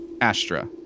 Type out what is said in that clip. Astra